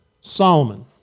Solomon